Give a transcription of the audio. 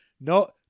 No